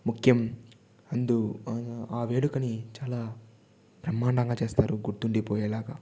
ముఖ్యం అందు ఆ వేడుకని చాలా బ్రహ్మాండంగా చేస్తారు గుర్తుండిపోయేలాగా